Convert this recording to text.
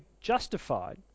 justified